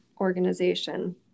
organization